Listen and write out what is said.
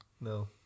No